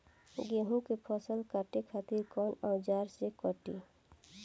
गेहूं के फसल काटे खातिर कोवन औजार से कटी?